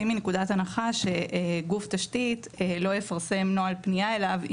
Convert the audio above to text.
מנקודת הנחה שגוף תשתית לא יפרסם נוהל פנייה אליו עם